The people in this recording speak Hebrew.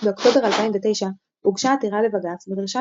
באוקטובר 2009 הוגשה עתירה לבג"ץ בדרישה